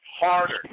harder